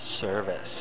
service